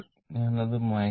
ഞാൻ അത് മായ്ക്കട്ടെ